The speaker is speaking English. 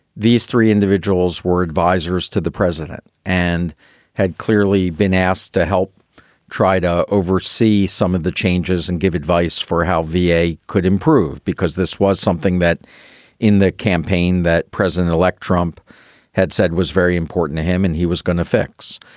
these three individuals were advisors to the president and had clearly been asked to help try to oversee some of the changes and give advice for how v a. could improve, because this was something that in the campaign that president elect trump had said was very important to him and he was going to fix.